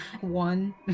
one